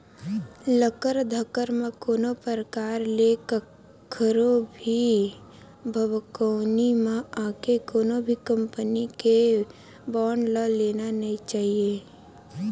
लकर धकर म कोनो परकार ले कखरो भी भभकउनी म आके कोनो भी कंपनी के बांड ल लेना नइ चाही